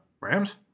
Rams